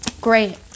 Great